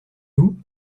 vous